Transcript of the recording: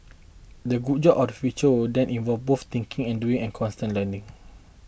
the good job of the future will then involve both thinking and doing and constant learning